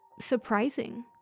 surprising